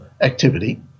activity